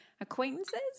acquaintances